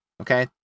okay